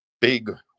big